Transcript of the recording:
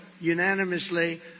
unanimously